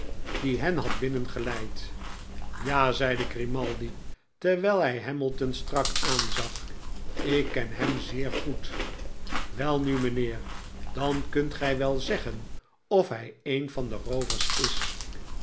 die hen had binnengeleid ja zeide grimaldi terwijl hij hamilton strak aanzag ik ken hem zeer goed welnu mijnheer dan kunt gij wel zeggen of hij een van de roovers is